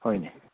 ꯍꯣꯏꯅꯦ